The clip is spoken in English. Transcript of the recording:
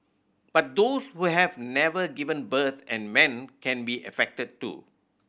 but those who have never given birth and men can be affected too